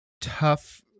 tough